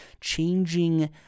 changing